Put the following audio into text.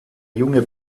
junge